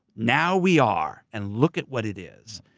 now we are. and look at what it is.